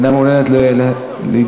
אינה מעוניינת להידיין,